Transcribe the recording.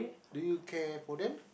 do you care for them